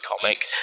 comic